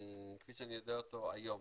כפי שאני יודע אותו היום.